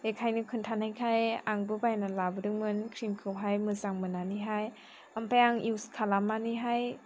बेनिखायनो खोन्थानायखाय आंबो बायनानै लाबोदोंमोन क्रिम खौ मोजां मोननानैहाय ओमफ्राय आं इउज खालामनानै